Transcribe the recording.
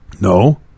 No